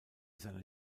seine